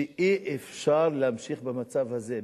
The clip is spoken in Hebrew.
שאי-אפשר להמשיך במצב הזה.